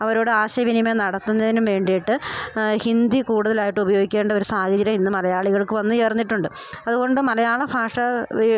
അവരോട് ആശയവിനിമയം നടത്തുന്നതിനും വേണ്ടീട്ട് ഹിന്ദി കൂടുതൽ ആയിട്ട് ഉപയോഗിക്കേണ്ട ഒരു സാഹചര്യം ഇന്ന് മലയാളികൾക്ക് വന്ന് ചേർന്നിട്ടുണ്ട് അത്കൊണ്ട് മലയാള ഭാഷ ഒരു